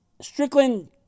Strickland